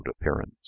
appearance